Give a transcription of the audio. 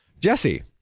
jesse